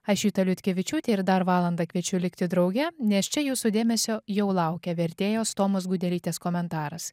aš juta liutkevičiūtė ir dar valandą kviečiu likti drauge nes čia jūsų dėmesio jau laukia vertėjos tomos gudelytės komentaras